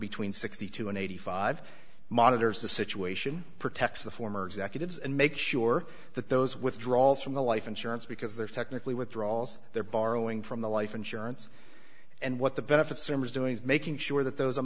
between sixty two and eighty five monitors the situation protects the former executives and make sure that those withdrawals from the life insurance because they're technically withdrawals they're borrowing from the life insurance and what the benefits are doing is making sure that th